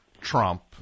Trump